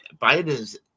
Biden's